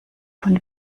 von